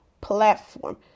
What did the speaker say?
platform